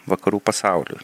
vakarų pasauliui